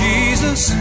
Jesus